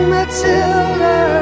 Matilda